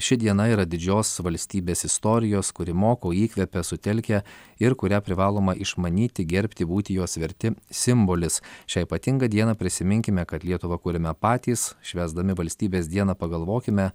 ši diena yra didžios valstybės istorijos kuri moko įkvepia sutelkia ir kurią privaloma išmanyti gerbti būti jos verti simbolis šią ypatingą dieną prisiminkime kad lietuvą kuriame patys švęsdami valstybės dieną pagalvokime